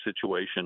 situation